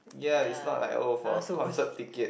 ya I also won't